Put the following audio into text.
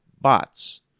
bots